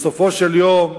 בסופו של יום,